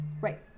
Right